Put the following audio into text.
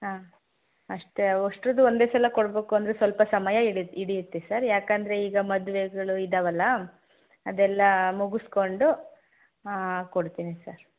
ಹಾಂ ಅಷ್ಟೇ ಅಷ್ಟ್ರುದ್ದೂ ಒಂದೇ ಸಲ ಕೊಡ್ಬೇಕು ಅಂದರೆ ಸ್ವಲ್ಪ ಸಮಯ ಹಿಡಿ ಹಿಡಿಯುತ್ತೆ ಸರ್ ಯಾಕಂದರೆ ಈಗ ಮದುವೆಗಳು ಇದ್ದಾವಲ್ಲ ಅದೆಲ್ಲ ಮುಗಿಸ್ಕೊಂಡು ಕೊಡ್ತೀನಿ ಸರ್